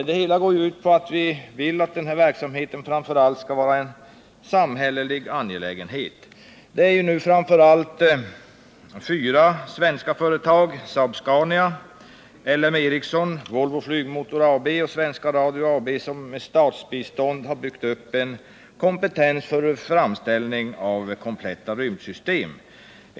Det hela går ut på att vi vill att verksamheten skall vara en samhällelig angelägenhet. Det är nu framför allt fyra svenska företag, Saab-Scania, LM Ericsson, Volvo Flygmotor och Svenska Radio AB, som med statsbistånd har byggt upp en kompetens för framställning av kompletta rymdsystem.